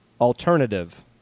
alternative